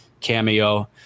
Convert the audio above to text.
cameo